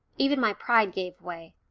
even my pride gave way.